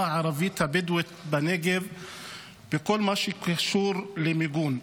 הערבית הבדואית בנגב בכל מה שקשור למיגון.